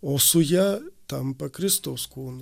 o su ja tampa kristaus kūnu